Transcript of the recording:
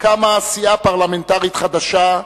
קמה סיעה פרלמנטרית חדשה,